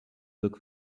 look